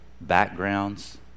backgrounds